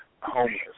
homeless